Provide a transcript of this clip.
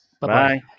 Bye-bye